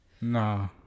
no